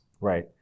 Right